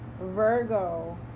Virgo